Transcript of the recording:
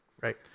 right